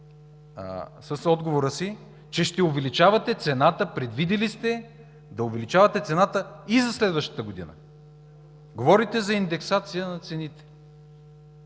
с отговора си, че ще увеличавате цената, предвидили сте да увеличавате цената и за следващата година. Говорите за индексация на цените.